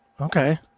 okay